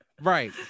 right